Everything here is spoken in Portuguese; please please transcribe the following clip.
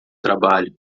trabalho